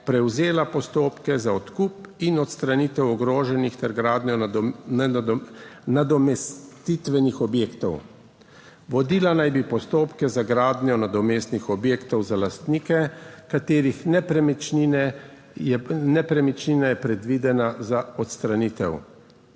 prevzela postopke za odkup in odstranitev ogroženih ter gradnjo nadomestitvenih objektov. Vodila naj bi postopke za gradnjo nadomestnih objektov za lastnike katerih nepremičnina je predvidena za odstranitev.